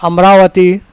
Amravati